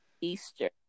Easter